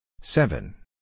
Seven